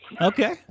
Okay